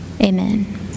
Amen